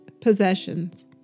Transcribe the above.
possessions